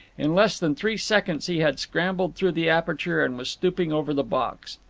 in less than three seconds he had scrambled through the aperture and was stooping over the box.